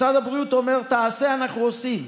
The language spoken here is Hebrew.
משרד הבריאות אומר: תעשו, ואנחנו עושים.